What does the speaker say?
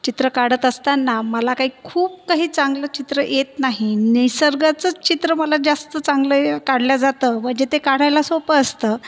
चित्र काढत असतांना मला काही खूप काही चांगलं चित्र येत नाही निसर्गाचंच चित्र मला जास्त चांगलं ये काढल्या जातं व जे ते काढायला सोपं असतं